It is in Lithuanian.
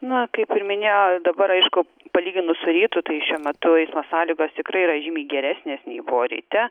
na kaip ir minėjo dabar aišku palyginus su rytu tai šiuo metu eismo sąlygos tikrai yra žymiai geresnės nei buvo ryte